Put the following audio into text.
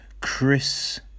Chris